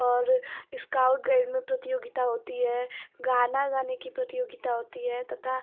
और scout day में प्रतियोगिता होती है गाना गाने कि प्रतियोगिता होती है तथा